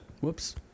Whoops